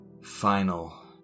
final